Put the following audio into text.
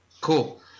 Cool